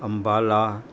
Ambala